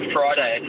Friday